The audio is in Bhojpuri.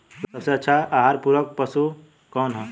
सबसे अच्छा आहार पूरक पशु कौन ह?